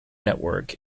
network